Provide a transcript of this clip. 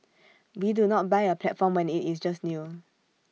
we do not buy A platform when IT is just new